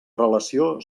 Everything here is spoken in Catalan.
relació